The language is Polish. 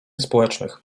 społecznych